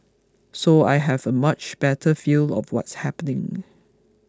so I have a much better feel of what's happening